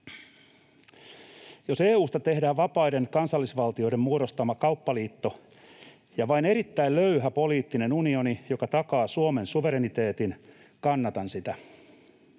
Jos EU:sta tehdään vapaiden kansallisvaltioiden muodostama kauppaliitto ja vain erittäin löyhä poliittinen unioni, joka takaa Suomen suvereniteetin, kannatan sitä.